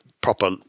proper